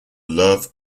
love